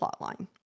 plotline